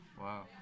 Wow